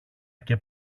και